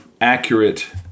accurate